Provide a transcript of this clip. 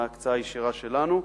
ההקצאה הישירה שלנו.